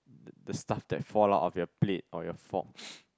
the stuff that fall out of your plate or your fork